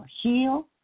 Heal